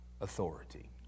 authority